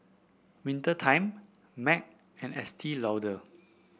Winter Time Mac and Estee Lauder